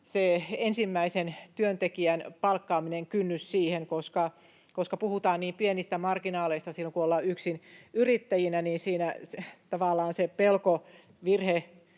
ensimmäisen työntekijän palkkaamiseen. Koska puhutaan niin pienistä marginaaleista silloin kun ollaan yksinyrittäjinä, niin siinä tavallaan se pelko